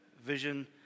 vision